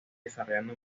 desarrollando